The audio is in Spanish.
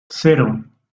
cero